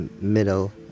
middle